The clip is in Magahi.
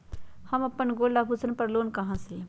हम अपन गोल्ड आभूषण पर लोन कहां से लेम?